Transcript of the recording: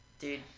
Dude